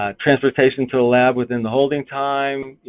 ah transportation to a lab within the holding time,